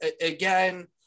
again